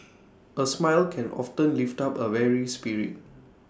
A smile can often lift up A weary spirit